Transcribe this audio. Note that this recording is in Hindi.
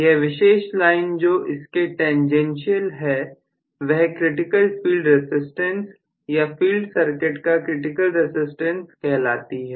यह विशेष लाइन जो इसके टेंजेंशियल है वह क्रिटिकल फील्ड रसिस्टेंस या फील्ड सर्किट का क्रिटिकल रसिस्टेंस कहलाती है